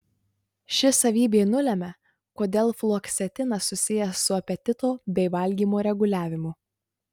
ši savybė nulemia kodėl fluoksetinas susijęs su apetito bei valgymo reguliavimu